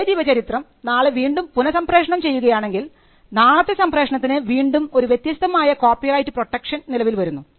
ഇതേ ജീവചരിത്രം നാളെ വീണ്ടും പുനസംപ്രേഷണം ചെയ്യുകയാണെങ്കിൽ നാളത്തെ സംപ്രേഷണത്തിന് വീണ്ടും ഒരു വ്യത്യസ്തമായ കോപ്പി റൈറ്റ് പ്രൊട്ടക്ഷൻ നിലവിൽ വരുന്നു